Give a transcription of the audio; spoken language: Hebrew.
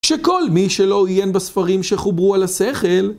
שכל מי שלא עיין בספרים שחוברו על השכל.